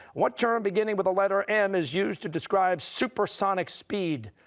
what term beginning with the letter m is used to describe supersonic speed?